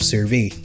Survey